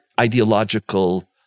ideological